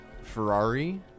Ferrari